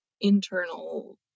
internal